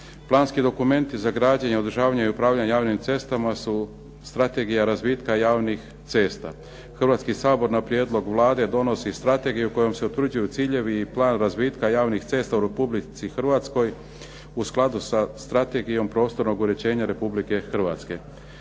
Planski dokumenti za građenje i održavanje i upravljanje javnim cestama su strategija razvitka javnih cesta. Hrvatski sabor na prijedlog Vlade donosi strategiju kojom se utvrđuju ciljevi i plan razvitka javnih cesta u RH u skladu sa Strategijom prostornog uređenja RH.